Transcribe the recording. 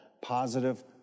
positive